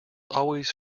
always